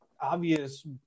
obvious